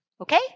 Okay